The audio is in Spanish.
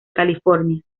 california